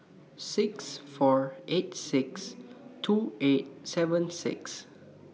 six four eight six two eight seven six